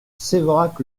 sévérac